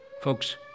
Folks